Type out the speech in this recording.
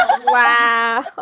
Wow